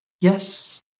yes